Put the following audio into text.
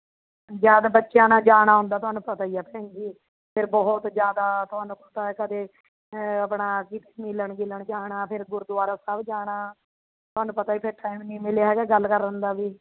ਜਦ ਬੱਚਿਆਂ ਨੇ ਜਾਣਾ ਹੁੰਦਾ ਤੁਹਾਨੂੰ ਪਤਾ ਹੀ ਹੈ ਭੈਣ ਜੀ ਫਿਰ ਬਹੁਤ ਜ਼ਿਆਦਾ ਤੁਹਾਨੂੰ ਪਤਾ ਕਦੇ ਆਪਣੇ ਕਿਤੇ ਮਿਲਣ ਗਿਲਣ ਜਾਣਾ ਫਿਰ ਗੁਰਦੁਆਰਾ ਸਾਹਿਬ ਜਾਣਾ ਤੁਹਾਨੂੰ ਪਤਾ ਫਿਰ ਟਾਈਮ ਨਹੀਂ ਮਿਲਿਆ ਹੈਗਾ ਗੱਲ ਕਰਨ ਦਾ ਵੀ